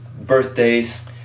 birthdays